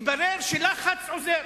מתברר שלחץ עוזר.